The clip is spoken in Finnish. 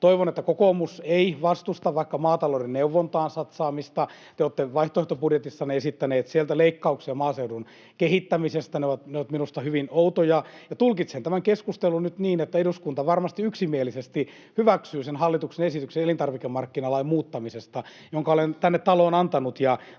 Toivon, että kokoomus ei vastusta vaikka maatalouden neuvontaan satsaamista — te olette vaihtoehtobudjetissanne esittäneet leikkauksia maaseudun kehittämiseen, ne ovat minusta hyvin outoja. Tulkitsen tämän keskustelun nyt niin, että eduskunta varmasti yksimielisesti hyväksyy sen hallituksen esityksen elintarvikemarkkinalain muuttamisesta, jonka olen tänne taloon antanut,